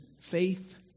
faith